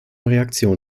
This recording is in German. reaktion